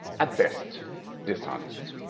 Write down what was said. at best dishonest.